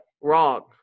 wrong